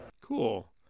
Cool